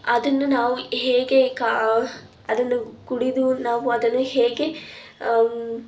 ಅದನ್ನ ನಾವು ಹೇಗೆ ಕಾ ಅದನ್ನು ಕುಡಿದು ನಾವು ಅದನ್ನು ಹೇಗೆ